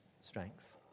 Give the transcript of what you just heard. strength